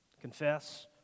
Confess